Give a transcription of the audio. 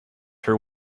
her